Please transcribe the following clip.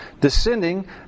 descending